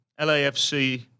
LAFC